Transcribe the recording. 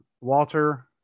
Walter